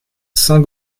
saint